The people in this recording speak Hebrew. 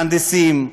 מהנדסים,